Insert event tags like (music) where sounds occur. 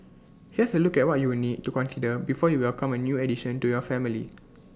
here's A look at what you will need to consider before you welcome A new addition to your family (noise)